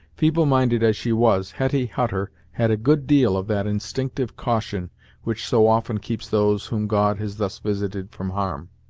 feeble minded as she was, hetty hutter had a good deal of that instinctive caution which so often keeps those whom god has thus visited from harm.